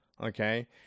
Okay